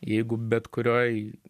jeigu bet kurioj